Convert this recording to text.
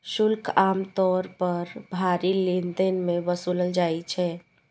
शुल्क आम तौर पर भारी लेनदेन मे वसूलल जाइ छै